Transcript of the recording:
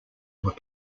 were